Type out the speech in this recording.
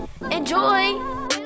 Enjoy